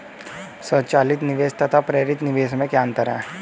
स्वचालित निवेश तथा प्रेरित निवेश में क्या अंतर है?